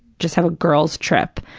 just have a girls' trip.